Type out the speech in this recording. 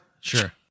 sure